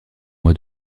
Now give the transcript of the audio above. moi